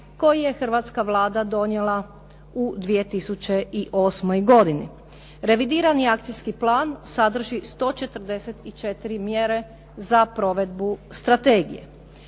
koji je hrvatska Vlada donijela u 2008. godini. Revidirani akcijski plan sadrži 144 mjere za provedbu strategije.